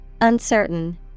Uncertain